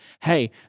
hey